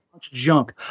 junk